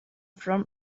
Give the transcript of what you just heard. from